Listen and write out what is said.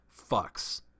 fucks